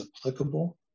applicable